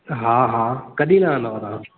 हा हा कॾहिं लहंदव तव्हां